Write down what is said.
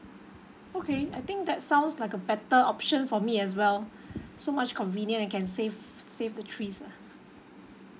okay I think that sounds like a better option for me as well so much convenient I can save save the trees lah